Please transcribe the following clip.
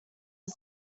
are